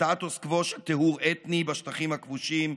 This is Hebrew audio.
סטטוס קוו של טיהור אתני בשטחים הכבושים,